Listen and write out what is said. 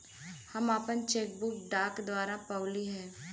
हम आपन cheque book डाक द्वारा पउली है